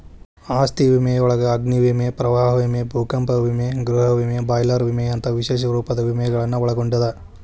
ಆಸ್ತಿ ವಿಮೆಯೊಳಗ ಅಗ್ನಿ ವಿಮೆ ಪ್ರವಾಹ ವಿಮೆ ಭೂಕಂಪ ವಿಮೆ ಗೃಹ ವಿಮೆ ಬಾಯ್ಲರ್ ವಿಮೆಯಂತ ವಿಶೇಷ ರೂಪದ ವಿಮೆಗಳನ್ನ ಒಳಗೊಂಡದ